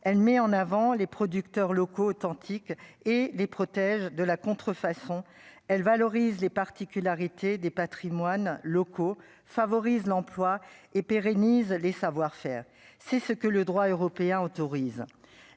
elle met en avant les producteurs locaux authentique et les protège de la contrefaçon, elle valorise les particularités des patrimoines locaux favorise l'emploi et pérennise les savoir-faire, c'est ce que le droit européen autorise